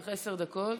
לך עשר דקות.